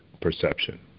perception